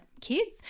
kids